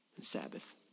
Sabbath